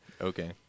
Okay